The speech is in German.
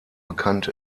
bekannt